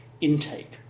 intake